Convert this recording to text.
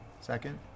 Second